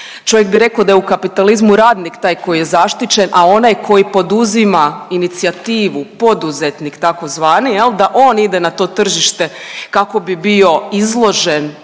Čovjek bi reko da je u kapitalizmu radnik taj koji je zaštićen, a onaj koji poduzima inicijativu poduzetnik takozvani jel' da on ide na to tržište kako bi bio izložen